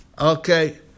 Okay